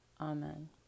Amen